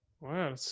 wow